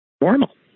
normal